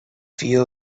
few